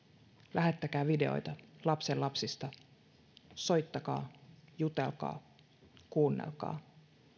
lähettäkää videoita lapsenlapsista soittakaa jutelkaa kuunnelkaa